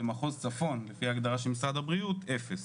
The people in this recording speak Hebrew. במחוז צפון לפי הגדרה של משרד הבריאות 0,